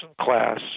class